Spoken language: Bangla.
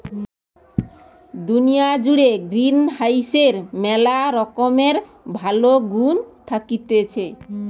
দুনিয়া জুড়ে গ্রিনহাউসের ম্যালা রকমের ভালো গুন্ থাকতিছে